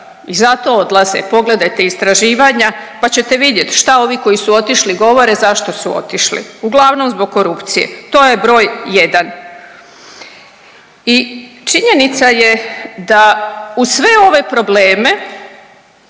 i zato odlaze. Pogledajte istraživanja pa ćete vidjeti šta ovi koji su otišli govore zašto su otišli. Uglavnom zbog korupcije, to je broj 1. I činjenica je da uz sve ove probleme,